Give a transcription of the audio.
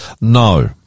No